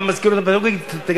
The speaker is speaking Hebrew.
והמזכירות הפדגוגית,